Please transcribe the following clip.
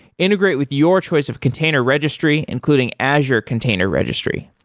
integrate with your choice of container registry, including azure container registry.